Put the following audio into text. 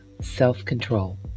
self-control